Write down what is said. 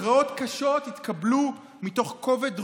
הכרעות קשות התקבלו מתוך כובד ראש,